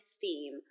theme